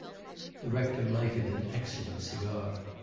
the rector lighted an excellent cigar.